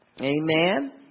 Amen